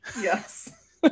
Yes